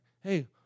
Hey